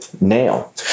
nail